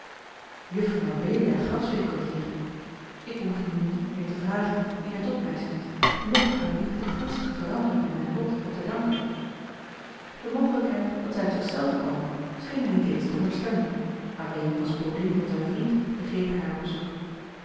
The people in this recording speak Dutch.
juffer mabelia graswinckel hier ik behoef nu niet meer te vragen wie haar tot mij zendt noch aan wie ik de gunstige verandering in mijn lot heb te danken de mogelijkheid dat zij uit zich zelve kwam scheen hij niet eens te onderstellen alleen als bodin van zijn vriend begreep hij